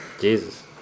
Jesus